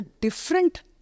different